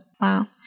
Wow